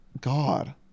God